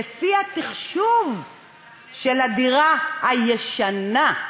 לפי התחשוב של הדירה הישנה.